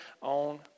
on